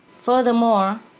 Furthermore